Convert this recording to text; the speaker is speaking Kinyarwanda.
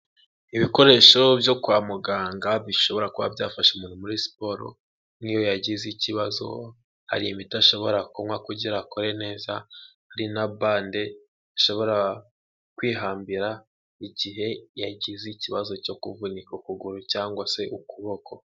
Ibikoresho byo kwa muganga bishobora kuba byafasha umuntu muri siporo nk'iyo yagize ikibazo hari imiti ashobora kunywa kugira akore neza, ari na bande ashobora kwihambira igihe yagize ikibazo cyo kuvunika ukuguru cyangwa se ukuboko.